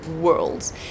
worlds